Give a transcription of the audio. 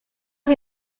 est